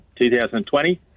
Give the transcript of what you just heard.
2020